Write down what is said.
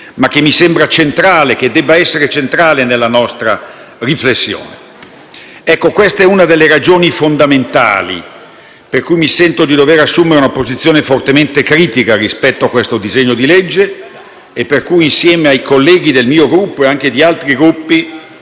ma che mi sembra debba essere centrale nella nostra riflessione. Questa è una delle ragioni fondamentali per cui mi sento di dover assumere una posizione fortemente critica rispetto al disegno di legge al nostro esame e per cui, insieme ai colleghi del mio Gruppo e anche di altri Gruppi,